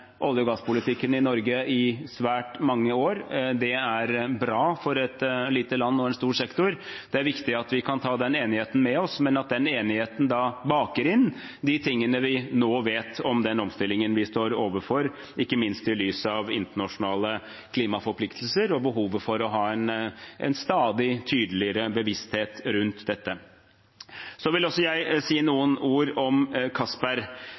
olje- og gasspolitikken i Norge i svært mange år. Det er bra for et lite land og en stor sektor. Det er viktig at vi kan ta den enigheten med oss, men også at den enigheten baker inn de tingene vi nå vet om den omstillingen vi står overfor, ikke minst i lys av internasjonale klimaforpliktelser og behovet for å ha en stadig tydeligere bevissthet rundt dette. Så vil også jeg si noen ord om